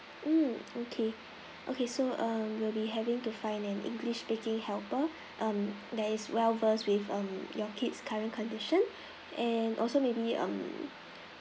mm okay okay so um we'll be having to find an english speaking helper um that is well-versed with um your kids' current condition and also maybe um